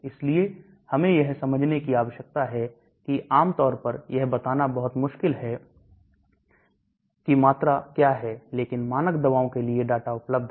इसलिए हमें यह समझने की आवश्यकता है कि आमतौर पर यह बताना बहुत मुश्किल है की मात्रा क्या है लेकिन मानक दवाओं के लिए डाटा उपलब्ध है